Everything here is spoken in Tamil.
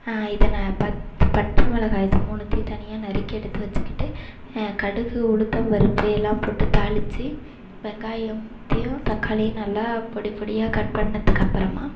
இதனா பத்து பச்சை மிளகாய் மூணுத்தையும் தனியாக நறுக்கி எடுத்து வச்சுக்கிட்டு கடுகு உளுத்தம் பருப்பு எல்லாம் போட்டு தாளிச்சு வெங்காயத்தையும் தக்காளியும் நல்லா பொடி பொடியாக கட் பண்ணதுக்கப்புறமா